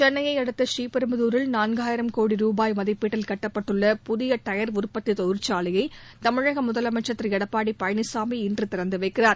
சென்னையை அடுத்த ஸ்ரீபெரும்புதாரில் நான்காயிரம் கோடி ரூபாய் மதிப்பீட்டில் கட்டப்பட்டுள்ள பதிய டயர் உற்பத்தி தொழிற்சாலையை தமிழக முதலமைச்சர் திரு எடப்பாடி பழனிசாமி இன்று திறந்து வைக்கிறார்